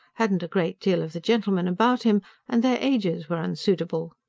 hadn't a great deal of the gentleman about him and their ages were unsuitable.